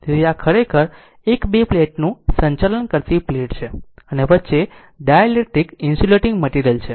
તેથી આ ખરેખર એક બે પ્લેટનું સંચાલન કરતી પ્લેટ છે અને વચ્ચે ડાઇલેક્ટ્રિક ઇન્સ્યુલેટીંગ મટિરિયલ છે